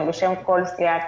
ובכלל ניהול דיונים לעילא